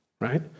right